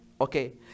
okay